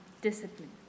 discipline